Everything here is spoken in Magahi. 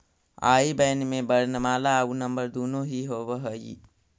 आई बैन में वर्णमाला आउ नंबर दुनो ही होवऽ हइ